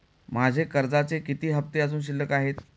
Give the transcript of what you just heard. माझे कर्जाचे किती हफ्ते अजुन शिल्लक आहेत?